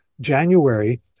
January